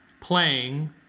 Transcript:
playing